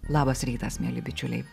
labas rytas mieli bičiuliai